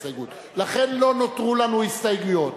לכן, לא נותרו לנו הסתייגויות.